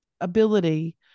ability